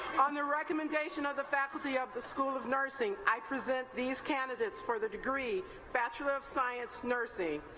on the recommendation of the faculty of the school of nursing, i present these candidates for the degree bachelor of science-nursing.